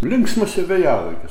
linksmas ir vėjavaikis